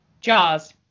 Jaws